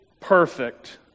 perfect